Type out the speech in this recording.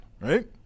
right